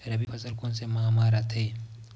रबी फसल कोन सा माह म रथे?